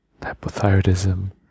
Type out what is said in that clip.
hypothyroidism